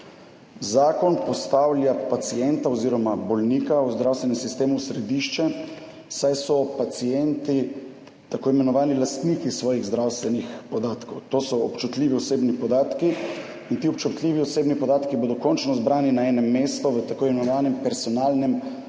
Zakon postavlja pacienta oziroma bolnika v zdravstvenem sistemu v središče, saj so pacienti tako imenovani lastniki svojih zdravstvenih podatkov. To so občutljivi osebni podatki. In ti občutljivi osebni podatki bodo končno zbrani na enem mestu v tako imenovanem personalnem eKartonu.